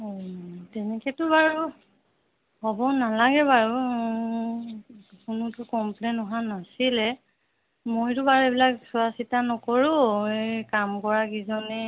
অঁ তেনেকৈটো বাৰু হ'ব নালাগে বাৰু কোনোতো কম্প্লেইণ অহা নাছিলে মইতো বাৰু এইবিলাক চোৱা চিতা নকৰোঁ এই কাম কৰাকেইজনী